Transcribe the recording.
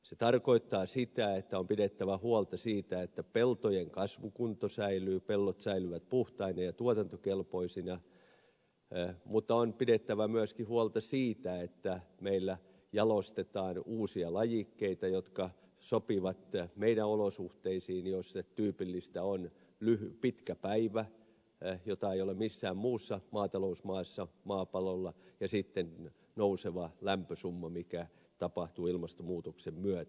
se tarkoittaa sitä että on pidettävä huolta siitä että peltojen kasvukunto säilyy pellot säilyvät puhtaina ja tuotantokelpoisina mutta on pidettävä myöskin huolta siitä että meillä jalostetaan uusia lajikkeita jotka sopivat meidän olosuhteisiimme joissa tyypillistä on pitkä päivä jota ei ole missään muussa maatalousmaassa maapallolla ja sitten nouseva lämpösumma mikä tapahtuu ilmastonmuutoksen myötä